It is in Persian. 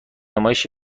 نمایش